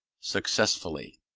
successfully.